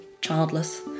childless